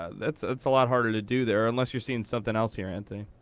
ah it's it's a lot harder to do there, unless you're seeing something else here, anthony.